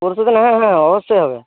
পরশুদিন হ্যাঁ হ্যাঁ অবশ্যই হবে